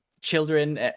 children